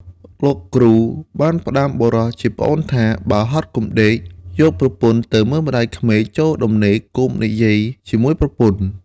លោកគ្រូបានផ្ដាំបុរសជាប្អូនថា “បើហត់កុំដេក, យកប្រពន្ធត្រូវមើលម្ដាយក្មេក, ចូលដំណេកកុំនិយាយជាមួយប្រពន្ធ”។